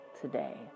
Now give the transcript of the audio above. today